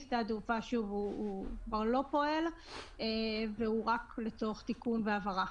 הוא רק לצורך תיקון והבהרה.